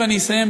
ואני אסיים,